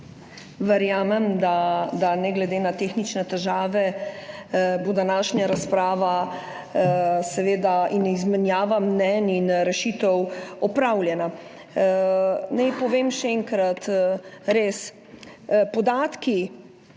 Verjamem, da bodo, ne glede na tehnične težave, današnja razprava in izmenjava mnenj in rešitev opravljeni. Naj povem še enkrat, podatki